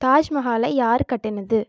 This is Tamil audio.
தாஜ்மஹாலை யார் கட்டினது